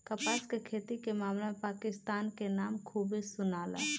कपास के खेती के मामला में पाकिस्तान के नाम खूबे सुनाला